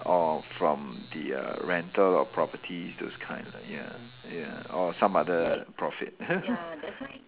or from the uh rental or properties those kind ya ya or some other profit